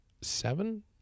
seven